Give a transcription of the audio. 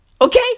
Okay